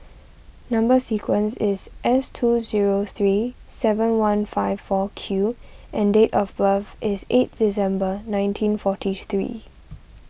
Number Sequence is S two zero three seven one five four Q and date of birth is eight December nineteen forty three